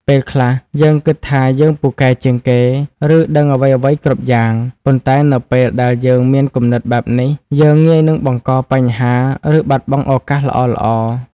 ពេលខ្លះ យើងគិតថាយើងពូកែជាងគេ ឬដឹងអ្វីៗគ្រប់យ៉ាង ប៉ុន្តែនៅពេលដែលយើងមានគំនិតបែបនេះ យើងងាយនឹងបង្កបញ្ហា ឬបាត់បង់ឱកាសល្អៗ។